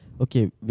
okay